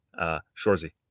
Shorzy